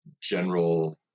general